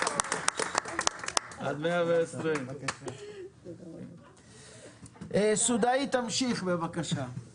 עד 120. שמעון סודאי, בבקשה.